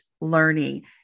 learning